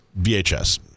VHS